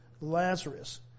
Lazarus